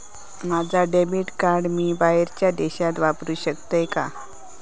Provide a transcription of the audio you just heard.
माझा debit card मी बाहेरच्या देशात वापरू शकतय काय?